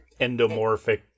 Endomorphic